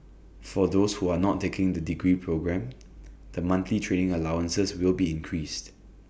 for those who are not taking the degree programme the monthly training allowances will be increased